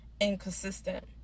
inconsistent